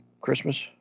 Christmas